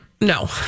No